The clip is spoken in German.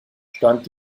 stand